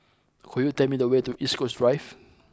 could you tell me the way to East Coast Drive